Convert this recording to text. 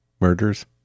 Murders